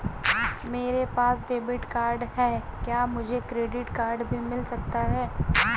मेरे पास debit card है क्या मुझे क्रेडिट कार्ड भी मिल सकता है?